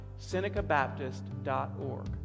SenecaBaptist.org